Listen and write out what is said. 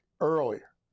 earlier